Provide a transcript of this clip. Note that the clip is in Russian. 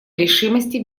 решимости